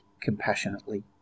compassionately